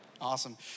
Awesome